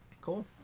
cool